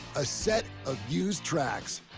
a set of used tracks.